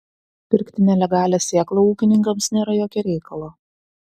pirkti nelegalią sėklą ūkininkams nėra jokio reikalo